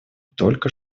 только